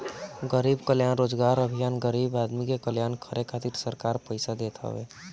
गरीब कल्याण रोजगार अभियान गरीब आदमी के कल्याण करे खातिर सरकार पईसा देत हवे